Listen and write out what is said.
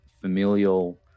familial